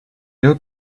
hope